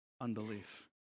unbelief